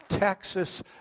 Texas